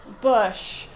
bush